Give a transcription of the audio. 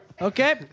Okay